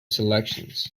selections